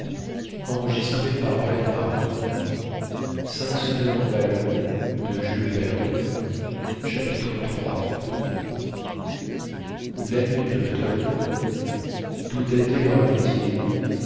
voyage chapitre iii l'ami du docteur d'où datait leur amitié